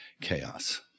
chaos